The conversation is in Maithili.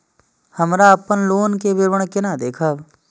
हमरा अपन लोन के विवरण केना देखब?